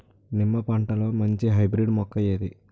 నిమ్మ పంటలో మంచి హైబ్రిడ్ మొక్క ఏది?